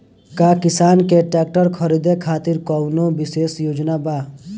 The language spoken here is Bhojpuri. का किसान के ट्रैक्टर खरीदें खातिर कउनों विशेष योजना बा?